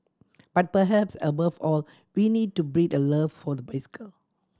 but perhaps above all we need to breed a love for the bicycle